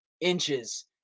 inches